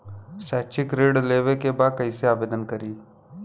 शैक्षिक ऋण लेवे के बा कईसे आवेदन करी?